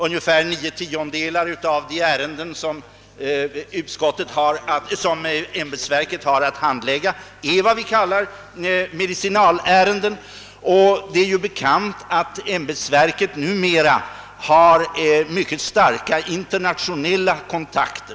Ungefär nio tiondelar av de ärenden som ämbetsverket har att handlägga är vad vi kallar medicinalärenden, och det är bekant att ämbetsverket numera har mycket starka internationella kontakter.